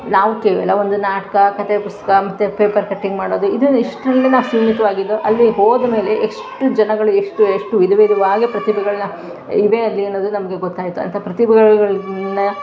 ನಾವು ಕೆಲವೊಂದು ನಾಟಕ ಕಥೆ ಪುಸ್ತಕ ಮತ್ತು ಪೇಪರ್ ಕಟ್ಟಿಂಗ್ ಮಾಡೋದು ಇದು ಇಷ್ಟರಲ್ಲೇ ನಾವು ಸೀಮಿತವಾಗಿದ್ದೋ ಅಲ್ಲಿಗೆ ಹೋದಮೇಲೆ ಎಷ್ಟು ಜನಗಳು ಎಷ್ಟು ಎಷ್ಟು ವಿಧ ವಿಧವಾಗಿ ಪ್ರತಿಭೆಗಳ್ನ ಇವೆ ಅಲ್ಲಿ ಅನ್ನೋದು ನಮಗೆ ಗೊತ್ತಾಯಿತು ಅಂಥ ಪ್ರತಿಭೆಗಳನ್ನೆಲ್ಲ